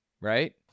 right